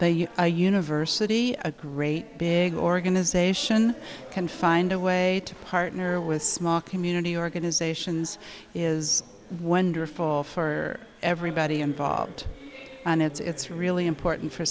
that a university a great big organization can find a way to partner with small community organizations is wonderful for everybody involved and it's really important for